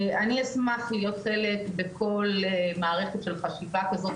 אני אשמח להיות חלק בכל מערכת של חשיבה כזאת,